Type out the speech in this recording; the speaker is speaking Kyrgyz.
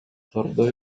дордой